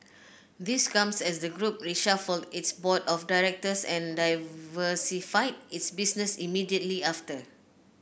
this comes as the group reshuffled its board of directors and diversified its business immediately after